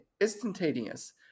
instantaneous